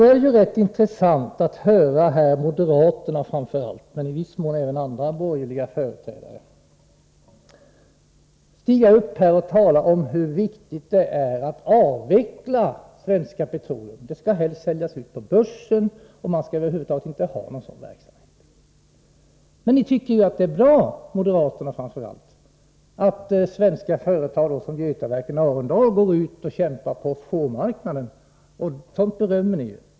Då är det rätt intressant att höra företrädare för framför allt moderaterna men i viss mån också för andra borgerliga partier stiga upp och prata om hur viktigt det är att avveckla Svenska Petroleum — vi skall helst sälja ut företaget på börsen, och vi skall över huvud taget inte ha någon sådan verksamhet. Men framför allt moderaterna tycker ju det är bra att svenska företag som Götaverken Arendal kämpar på offshore-marknaden — sådant berömmer moderaterna.